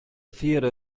theater